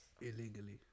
Illegally